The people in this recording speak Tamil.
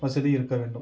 வசதி இருக்க வேண்டும்